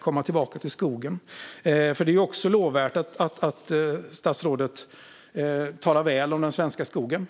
komma tillbaka till detta med skogen. Det är lovvärt att statsrådet talar väl om den svenska skogen.